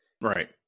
Right